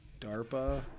DARPA